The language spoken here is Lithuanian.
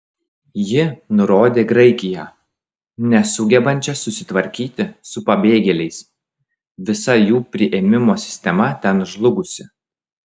ji nurodė graikiją nesugebančią susitvarkyti su pabėgėliais visa jų priėmimo sistema ten žlugusi